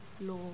law